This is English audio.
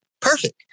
Perfect